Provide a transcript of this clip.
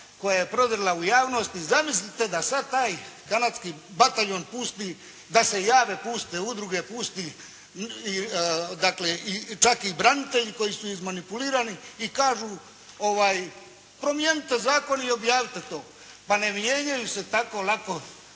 koja je prodrla u javnost i zamislite da sad taj kanadski bataljun pusti da se jave puste udruge, pusti dakle čak i branitelji koji su izmanipulirani i kažu promijenite zakon i objavite to. Pa ne mijenjaju se tako lako